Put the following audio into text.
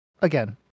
again